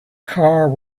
car